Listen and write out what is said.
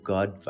God